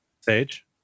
Sage